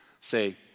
say